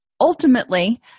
ultimately